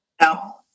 No